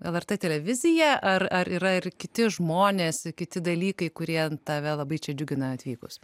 lrt televizija ar ar yra ir kiti žmonės kiti dalykai kurie tave labai čia džiugina atvykus